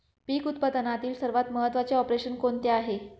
पीक उत्पादनातील सर्वात महत्त्वाचे ऑपरेशन कोणते आहे?